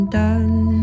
done